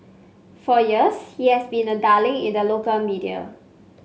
for years he has been a darling in the local media